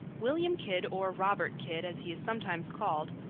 william kidd, or robert kidd, as he is sometimes called,